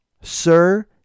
Sir